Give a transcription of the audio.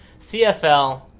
CFL